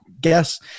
guess